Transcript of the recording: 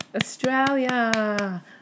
Australia